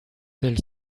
tel